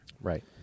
Right